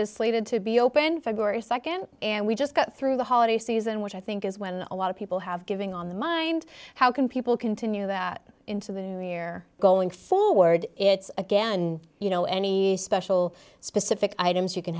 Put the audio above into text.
is slated to be open february nd and we just got through the holiday season which i think is when a lot of people have giving on the mind how can people continue that into the new year going forward it's again you know any special specific items you can